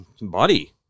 buddy